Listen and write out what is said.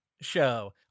show